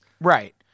Right